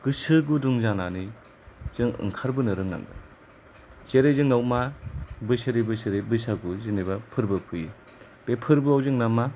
गोसो गुदुं जानानै जों ओंखारबोनो रोंनांगोन जेरै जोंनियाव मा बोसोरै बोसोरै बैसागु जेनेबा फोरबो फैयो बे फोरबोआव जोंनिया मा